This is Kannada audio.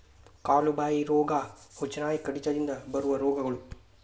ಕಾಲು ಬಾಯಿ ರೋಗಾ, ಹುಚ್ಚುನಾಯಿ ಕಡಿತದಿಂದ ಬರು ರೋಗಗಳು